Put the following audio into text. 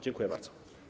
Dziękuję bardzo.